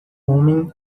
homem